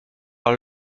par